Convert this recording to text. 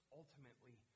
ultimately